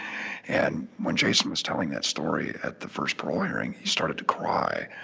and when jason was telling that story at the first parole hearing, he started to cry.